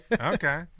Okay